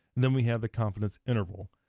then we have the confidence interval.